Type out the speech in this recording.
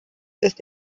ist